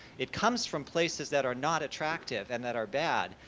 it comes from places that are not attractive, and that are bad,